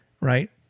right